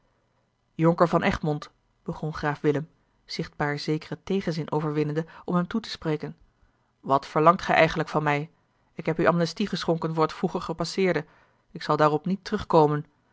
jonker van egmond begon graaf willem zichtbaar zekeren tegenzin overwinnende om hem toe te spreken wat verlangt gij eigenlijk van mij ik heb u amnestie geschonken voor het vroeger gepasseerde ik zal daarop niet terugkomen